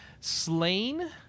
Slain